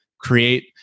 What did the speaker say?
create